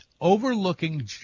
overlooking